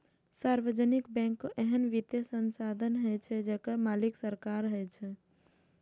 सार्वजनिक बैंक एहन वित्तीय संस्थान होइ छै, जेकर मालिक सरकार होइ छै